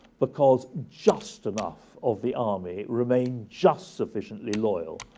because just enough of the army remained just sufficiently loyal